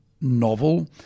novel